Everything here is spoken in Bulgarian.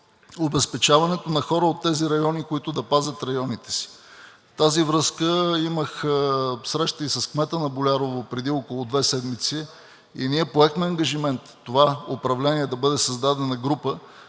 обезпечаването на хора от тези райони, които да пазят районите си. В тази връзка имах среща и с кмета на Болярово преди около две седмици и ние поехме ангажимент в това управление да бъде създадена група,